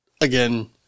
Again